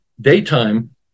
daytime